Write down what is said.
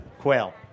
Quail